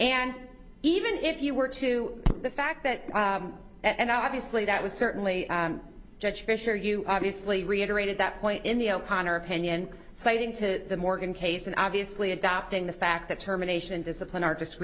and even if you were to the fact that and obviously that was certainly judge fisher you obviously reiterated that point in the o'connor opinion citing to the morgan case and obviously adopting the fact that terminations discipline are